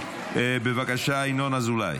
בבקשה, ינון אזולאי.